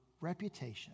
reputation